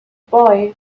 boy